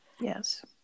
Yes